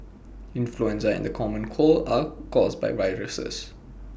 influenza and the common cold are caused by viruses